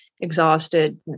exhausted